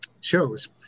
shows